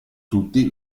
tutti